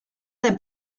del